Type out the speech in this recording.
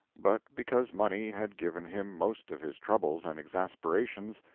but because money had given him most of his troubles and exasperations,